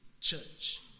church